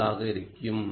8 ஆக இருக்கும்